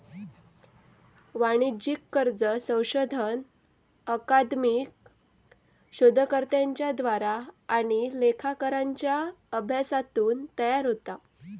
वाणिज्यिक कर्ज संशोधन अकादमिक शोधकर्त्यांच्या द्वारा आणि लेखाकारांच्या अभ्यासातून तयार होता